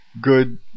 good